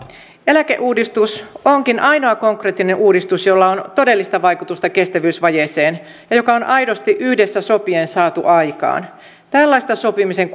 eläkeuudistus onkin ainoa konkreettinen uudistus jolla on todellista vaikutusta kestävyysvajeeseen ja joka on aidosti yhdessä sopien saatu aikaan tällaista sopimisen